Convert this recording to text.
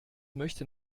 möchte